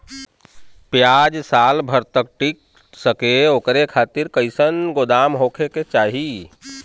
प्याज साल भर तक टीका सके ओकरे खातीर कइसन गोदाम होके के चाही?